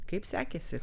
kaip sekėsi